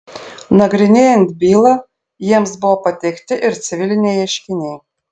nagrinėjant bylą jiems buvo pateikti ir civiliniai ieškiniai